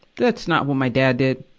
that's not what my dad did.